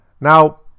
Now